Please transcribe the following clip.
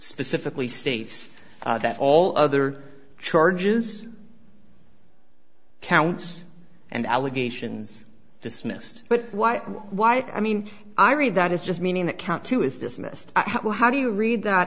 specifically states that all other charges counts and allegations dismissed but why why i mean i read that it's just meaning that count two is dismissed how do you read that